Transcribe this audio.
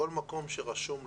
בכל מקום שרשום לפחות,